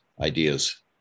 ideas